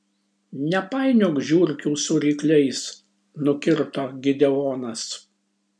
nepainiok žiurkių su rykliais nukirto gideonas